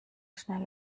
schnell